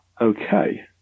okay